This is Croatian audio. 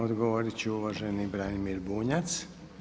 Odgovorit će uvaženi Branimir Bunjac.